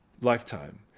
lifetime